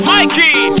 Mikey